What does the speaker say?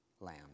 lamb